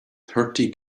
thirty